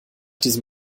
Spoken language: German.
diesem